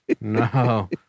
No